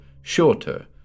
shorter